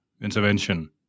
intervention